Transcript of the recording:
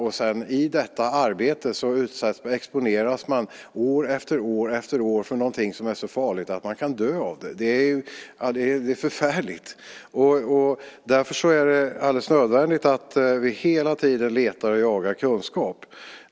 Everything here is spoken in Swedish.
Men i detta arbete exponeras man år efter år för någonting som är så farligt att man kan dö av det. Det är förfärligt! Därför är det alldeles nödvändigt att vi hela tiden letar och jagar kunskap.